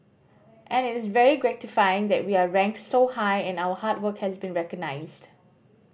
and it's very gratifying that we are ranked so high and our hard work has been recognised